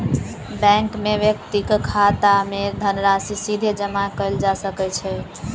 bank मे व्यक्तिक खाता मे धनराशि सीधे जमा कयल जा सकै छै